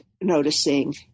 noticing